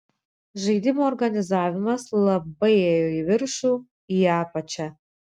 žaidimo organizavimas labai ėjo į viršų į apačią